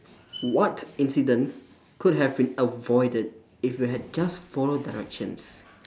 what incident could have been avoided if you had just follow directions